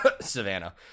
Savannah